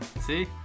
See